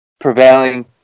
prevailing